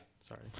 sorry